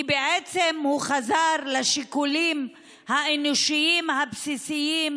בעצם הוא חזר לשיקולים האנושיים הבסיסיים,